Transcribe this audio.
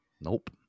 Nope